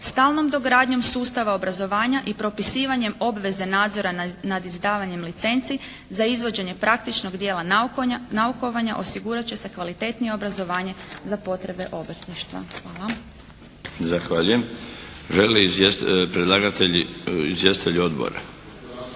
Stalnom dogradnjom sustava obrazovanja i propisivanjem obveze nadzora nad izdavanjem licenci za izvođenje praktičnog dijela naukovanja osigurat će se kvalitetnije obrazovanje za potrebe obrtništva. Hvala. **Milinović, Darko (HDZ)** Zahvaljujem. Žele li predlagatelji, izvjestitelji odbora?